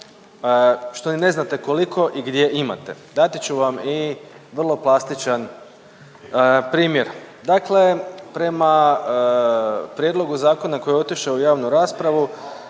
što i ne znate koliko i gdje imate. Dati ću vam i vrlo plastičan primjer. Dakle prema prijedlogu zakona koji je otišao u javnu raspravu,